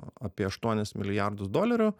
apie aštuonis milijardus dolerių